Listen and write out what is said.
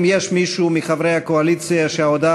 האם יש מישהו מחברי הקואליציה שההודעה